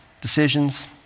decisions